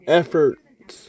efforts